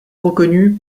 reconnu